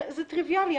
זה טריוויאלי.